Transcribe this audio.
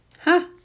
Ha